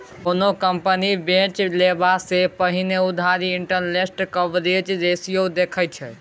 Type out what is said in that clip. कोनो कंपनी पैंच लेबा सँ पहिने उधारी इंटरेस्ट कवरेज रेशियो देखै छै